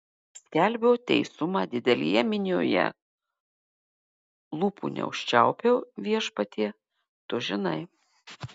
skelbiau teisumą didelėje minioje lūpų neužčiaupiau viešpatie tu žinai